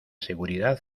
seguridad